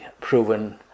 proven